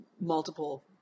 multiple